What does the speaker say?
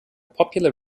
popular